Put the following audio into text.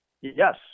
yes